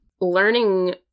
learning